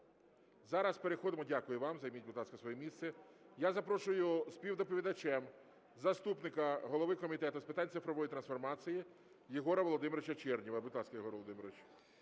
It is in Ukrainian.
запитання. Дякую вам, займіть, будь ласка, своє місце. Я запрошую співдоповідачем заступника голови Комітету з питань цифрової трансформації Єгора Володимировича Чернєва.